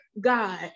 God